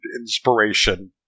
inspiration